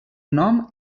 nom